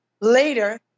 later